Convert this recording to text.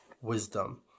wisdom